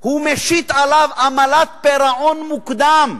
הוא משית עליו עמלת פירעון מוקדם.